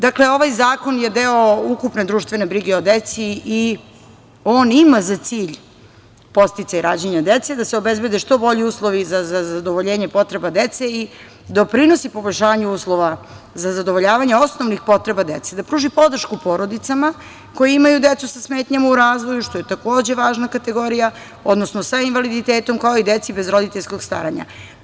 Dakle, ovaj zakon je deo ukupne društvene brige o deci i on ima za cilj podsticaj rađanja dece, da se obezbede što bolji uslovi za zadovoljenje potreba dece i doprinosi poboljšanju uslova za zadovoljavanje osnovnih potreba dece, da pruži podršku porodicama koje imaju decu sa smetnjama u razvoju, što je takođe važna kategorija, odnosno sa invaliditetom, kao i deci bez roditeljskog staranja.